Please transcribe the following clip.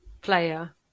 player